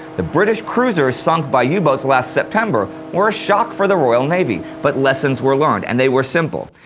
the british cruisers sunk by yeah u-boat last september were a shock for the royal navy, but lessons were learned, and they were simple.